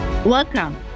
Welcome